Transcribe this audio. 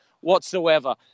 whatsoever